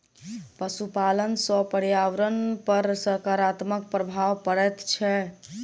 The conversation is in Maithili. पशुपालन सॅ पर्यावरण पर साकारात्मक प्रभाव पड़ैत छै